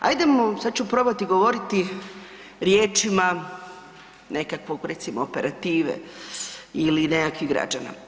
Sada ću probati govoriti riječima nekakvog recimo operative ili nekakvih građana.